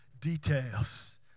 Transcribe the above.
details